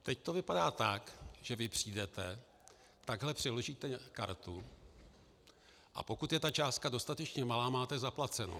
Teď to vypadá tak, že vy přijdete, takhle přiložíte kartu, a pokud je ta částka dostatečně malá, máte zaplaceno.